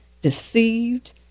deceived